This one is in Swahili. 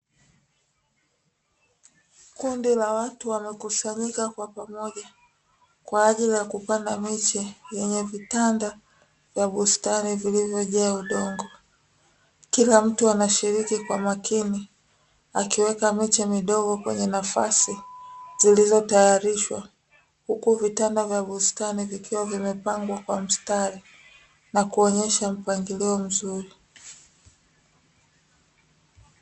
Kundi la watu wamekusanyika kwa pamoja kwa ajili ya kupanda miche yenye vitanda vya bustani vilivyojaa udongo. Kila mtu anashiriki kwa makini akiweka miche midogo kwenye nafasi zilizotayarishwa huku vitanda vya bustani vikiwa vimepangwa kwa mstari na kuonyesha mpangilio mzuri.